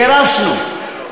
גירשנו.